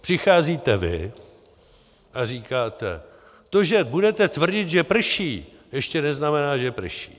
Přicházíte vy a říkáte: To, že budete tvrdit, že prší, ještě neznamená, že prší.